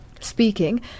Speaking